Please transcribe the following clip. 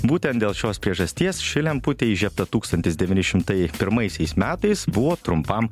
būtent dėl šios priežasties ši lemputė įžiebta tūkstantis devyni šimtai pirmaisiais metais buvo trumpam